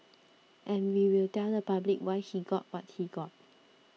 and we will tell the public why he got what he got